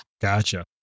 Gotcha